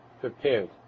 prepared